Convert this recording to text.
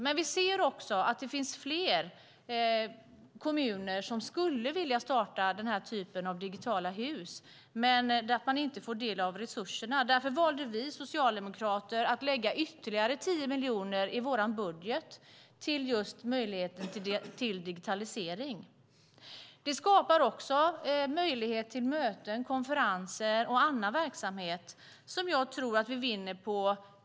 Men vi ser också att det finns fler kommuner som skulle vilja starta den här typen av digitala hus men som inte får del av resurserna. Därför valde vi socialdemokrater att lägga ytterligare 10 miljoner i vår budget på just möjligheten till digitalisering. Det skapar också möjligheter till möten, konferenser och annan verksamhet som jag tror att vi vinner på.